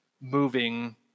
moving